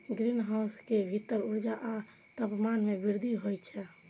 greenhouse के भीतर ऊर्जा आ तापमान मे वृद्धि होइ छै